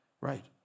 Right